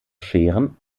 scheren